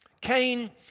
Cain